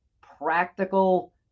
practical